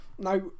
Now